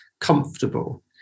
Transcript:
comfortable